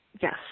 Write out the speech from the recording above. yes